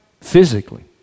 Physically